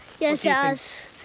Yes